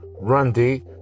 Randy